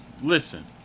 listen